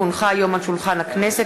כי הונחה היום על שולחן הכנסת,